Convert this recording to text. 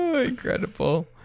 incredible